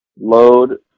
load